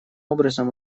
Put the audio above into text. образом